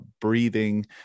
breathing